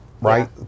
right